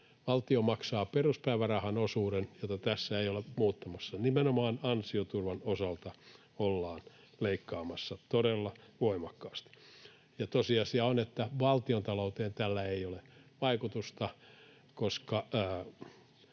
Valtio maksaa peruspäivärahan osuuden, jota tässä ei olla muuttamassa. Nimenomaan ansioturvan osalta ollaan leikkaamassa todella voimakkaasti. Ja tosiasia on, että valtiontalouteen tällä ei ole vaikutusta —